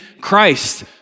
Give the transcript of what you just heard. Christ